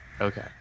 Okay